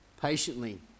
patiently